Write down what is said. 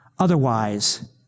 Otherwise